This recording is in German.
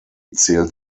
zählt